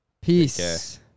Peace